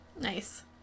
Nice